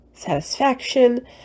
satisfaction